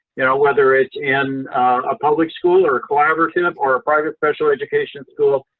you know, whether it's in a public school or a collaborative or a private special education school,